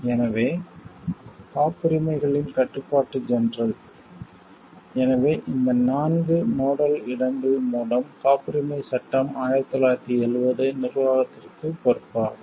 எனவே காப்புரிமைகளின் கட்டுப்பாட்டு ஜெனரல் எனவே இந்த 4 நோடல் இடங்கள் மூலம் காப்புரிமைச் சட்டம் 1970 நிர்வாகத்திற்கு பொறுப்பாகும்